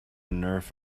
nerve